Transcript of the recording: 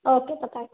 okay ಪ ಬಾಯ್